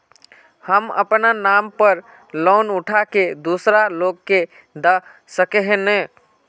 हम अपना नाम पर लोन उठा के दूसरा लोग के दा सके है ने